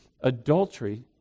adultery